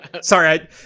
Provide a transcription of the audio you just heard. Sorry